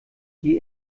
die